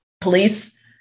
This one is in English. Police